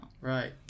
Right